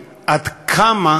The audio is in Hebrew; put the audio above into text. קטונתי, מרים ידיים.